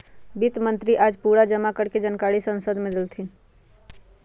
वित्त मंत्री आज पूरा जमा कर के जानकारी संसद मे देलथिन